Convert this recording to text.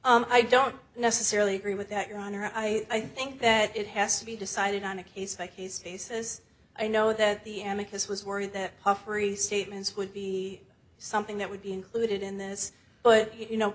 i don't necessarily agree with that your honor i think that it has to be decided on a case by case basis i know that the emic has was worried that puffery statements would be something that would be included in this but you know